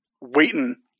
waiting